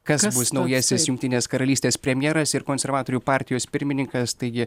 kas bus naujasis jungtinės karalystės premjeras ir konservatorių partijos pirmininkas taigi